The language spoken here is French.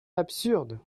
absurde